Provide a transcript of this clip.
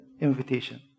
invitation